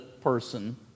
person